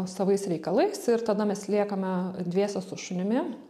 savais reikalais ir tada mes liekame dviese su šunimi